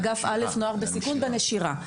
אגף א׳, נוער בסיכון ונשירה.